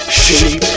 shape